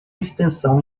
extensão